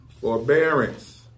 Forbearance